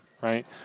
right